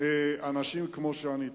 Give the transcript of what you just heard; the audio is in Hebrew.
אנשים כמו שאני תיארתי.